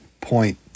point